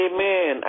Amen